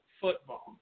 Football